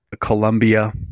Colombia